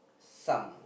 some